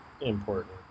important